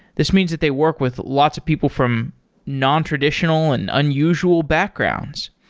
this means that they work with lots of people from nontraditional and unusual backgrounds.